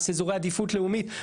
אזורי עדיפות לאומית.